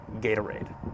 Gatorade